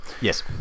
Yes